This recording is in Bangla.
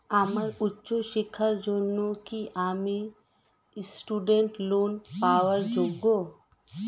আমার উচ্চ শিক্ষার জন্য কি আমি স্টুডেন্ট লোন পাওয়ার যোগ্য?